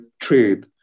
trade